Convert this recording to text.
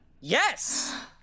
yes